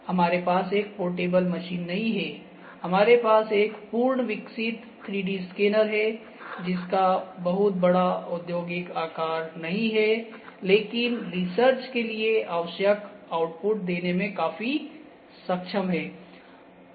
हमारे पास एक पोर्टेबल मशीन नहीं है हमारे पास एक पूर्ण विकसित 3D स्कैनर है जिसका बहुत बड़ा औद्योगिक आकार नहीं है लेकिन रिसर्च के लिए आवश्यक आउटपुट देने में काफी सक्षम है